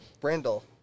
Brindle